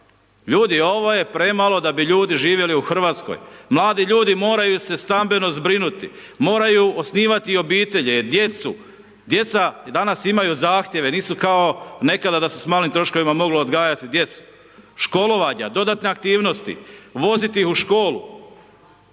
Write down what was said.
ljudi, ovo je premalo da bi ljudi živjeli u RH, mladi ljudi moraju se stambeno zbrinuti, moraju osnivati obitelji, djecu, djeca danas imaju zahtjeve, nisu kao nekada da se s malim troškovima moglo odgajati djecu, školovanja, dodatne aktivnosti, voziti ih u školu.